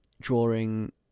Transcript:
drawing